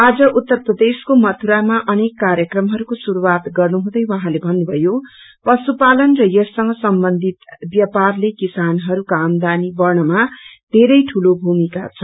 आज उत्तर प्रदेशको मथुरामा अनेक कार्यक्रमहरूको शुरूआत गर्नुहुँदै उहाँले भन्नुभयो पशुपालन र यससंग सम्बन्धित व्यापारले किसानहरूको आमदानी बढनमा धेरै ठूलो भूमिका छ